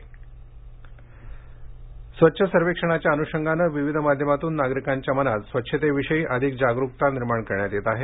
नवी मंबई स्वच्छ सर्वेक्षणाच्या अनुषगाने विविध माध्यमांतून नागरिकांच्या मनात स्वच्छतेविषयी अधिक जागरूकता निर्माण करण्यात येत आहे